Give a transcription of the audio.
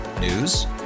News